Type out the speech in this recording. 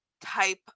type